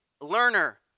learner